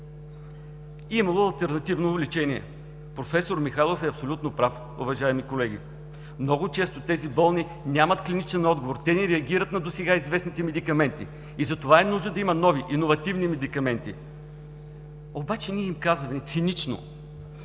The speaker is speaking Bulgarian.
Имало алтернативно лечение?! Професор Михайлов е абсолютно прав, уважаеми колеги! Много често тези болни нямат клиничен отговор, те не реагират на досега известните медикаменти и затова е нужно да има нови иновативни медикаменти, но ние им казваме цинично,